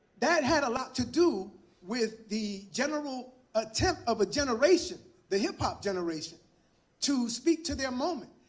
that had a lot to do with the general attempt of a generation the hip-hop generation to speak to their moment.